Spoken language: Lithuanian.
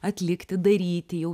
atlikti daryti jau